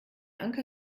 anker